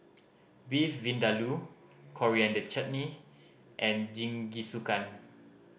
Beef Vindaloo Coriander Chutney and Jingisukan